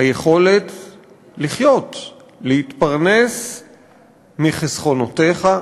היכולת לחיות, להתפרנס מחסכונותיך,